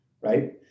right